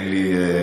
אין לי עמדה,